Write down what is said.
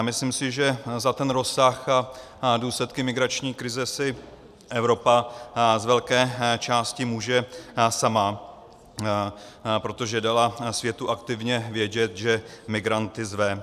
Myslím si, že za ten rozsah a důsledky migrační krize si Evropa z velké části může sama, protože dala světu aktivně vědět, že migranty zve.